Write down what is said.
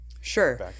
Sure